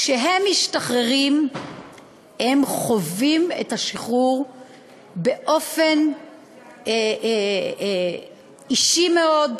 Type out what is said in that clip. כשהם משתחררים הם חווים את השחרור באופן אישי מאוד,